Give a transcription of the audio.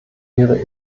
ihre